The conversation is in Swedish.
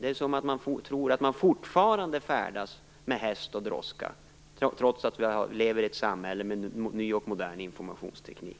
Det verkar som att några tror att man fortfarande färdas med hästdroska, trots att vi lever i ett samhälle med ny och modern informationsteknik.